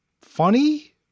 funny